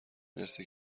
مرسی